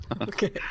Okay